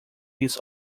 his